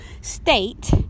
state